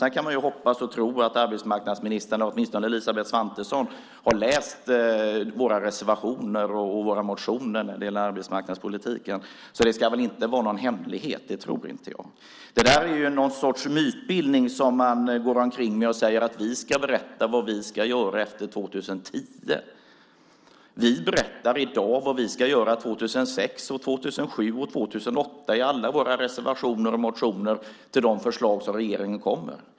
Sedan kan man ju hoppas och tro att arbetsmarknadsministern eller åtminstone Elisabeth Svantesson har läst våra motioner och våra reservationer när det gäller arbetsmarknadspolitiken, så jag tror inte att det ska vara någon hemlighet vad vi vill. Man ägnar sig åt någon sorts mytbildning och säger att vi ska berätta vad vi ska göra efter 2010. Vi har berättat vad vi ska göra 2006, 2007 och 2008 i alla våra reservationer och motioner med anledning av de förslag som regeringen kommit med.